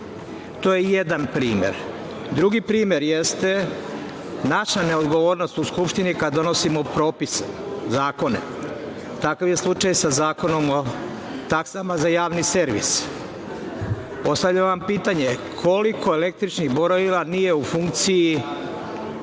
To je jedan primer. Drugi primer jeste naša neodgovornost u Skupštini kada donosimo propise, zakone. Takav je slučaj i sa Zakonom o taksama za Javni servis. Postavljam vam pitanje – koliko električnih brojila nije u funkciji